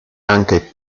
anche